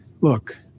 Look